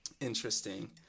interesting